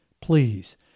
Please